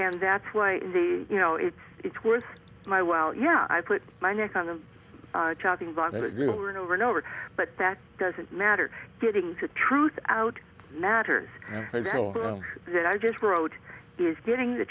and that's why the you know if it's worth my while yeah i put my neck on the chopping block and over and over but that doesn't matter getting to truth out matters that i just wrote is getting the